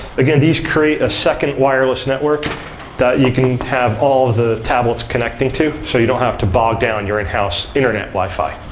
again, these create a second wireless network that you can have all the tablets connecting to. so you don't have to bog down your in-house internet wi-fi.